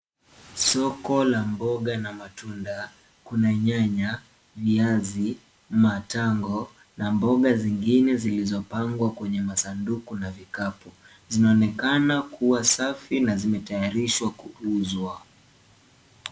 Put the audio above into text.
Soko la mboga na matunda. Kuna nyanya, viazi, matango na mboga zingine zilizopangwa kwenye masanduku na vikapu. Zinaonekana kuwa safi na zimetayarishwa kuuzwa.